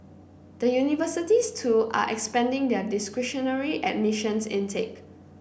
the universities too are expanding their discretionary admissions intake